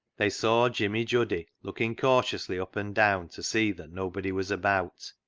they saw jimmy juddy looking cautiously up and down to see that nobody was about.